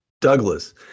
Douglas